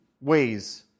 ways